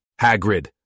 Hagrid